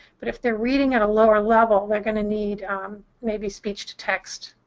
but if they're reading at a lower level, they're going to need maybe speech-to-text,